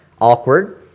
awkward